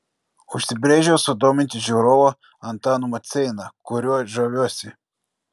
užsibrėžiau sudominti žiūrovą antanu maceina kuriuo žaviuosi